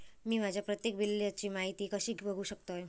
मी माझ्या प्रत्येक बिलची माहिती कशी बघू शकतय?